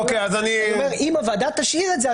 אני אומר אם הוועדה תשאיר את זה,